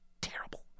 Terrible